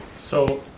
so,